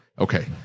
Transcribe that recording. okay